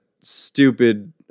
stupid